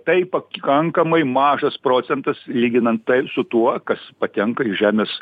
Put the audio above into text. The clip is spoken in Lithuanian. tai pakankamai mažas procentas lyginant su tuo kas patenka iš žemės